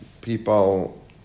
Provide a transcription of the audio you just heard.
people